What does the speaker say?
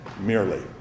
merely